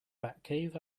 batcave